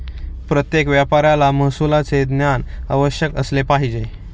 प्रत्येक व्यापाऱ्याला महसुलाचे ज्ञान अवश्य असले पाहिजे